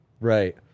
Right